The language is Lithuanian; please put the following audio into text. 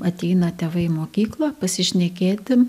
ateina tėvai į mokyklą pasišnekėti